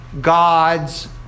God's